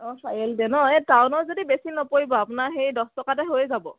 অঁ চাৰিআলিতে ন এই টাউনত যদি বেছি নপৰিব আপোনাৰ সেই দহ টকাতে হৈ যাব